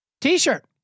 t-shirt